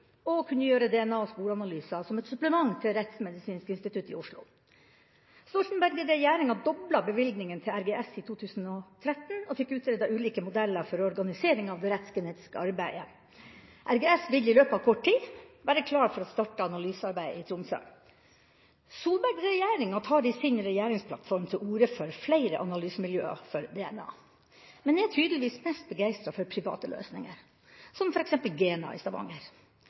og kunne gjøre DNA- og sporanalyser som et supplement til Rettsmedisinsk institutt i Oslo. Stoltenberg-regjeringa doblet bevilgninga til RGS i 2013 og fikk utredet ulike modeller for organisering av det rettsgenetiske arbeidet. RGS vil i løpet av kort tid være klar til å starte analysearbeid i Tromsø. Solberg-regjeringa tar i sin regjeringsplattform til orde for flere analysemiljøer for DNA, men er tydeligvis mest begeistret for private løsninger, som f.eks. GENA i Stavanger.